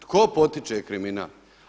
Tko potiče kriminal?